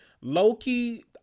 Loki